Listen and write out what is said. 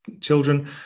children